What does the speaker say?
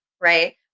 Right